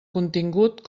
contingut